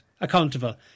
accountable